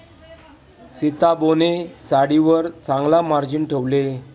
सीताबोने साडीवर चांगला मार्जिन ठेवले